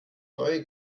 neue